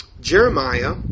Jeremiah